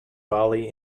bali